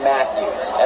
Matthews